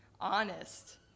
honest